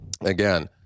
again